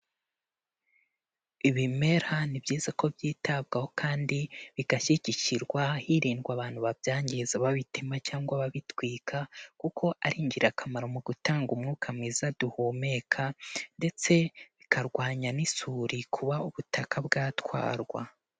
Ibimera ni byiza ko byitabwaho kandi bigashyigikirwa, hirindwa abantu babyangiza babitema cyangwa babitwika, kuko ari ingirakamaro mu gutanga umwuka mwiza duhumeka, ndetse bikarwanya n'isuri, kuba ubutaka bwatwarwa.